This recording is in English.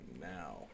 now